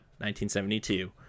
1972